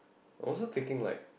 I also taking like